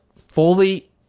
fully